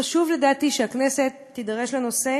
חשוב לדעתי שהכנסת תידרש לנושא